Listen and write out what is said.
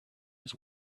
his